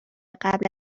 قبل